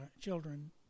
children